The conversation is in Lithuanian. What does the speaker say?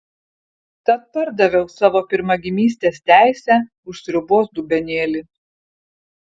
tad pardaviau savo pirmagimystės teisę už sriubos dubenėlį